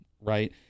Right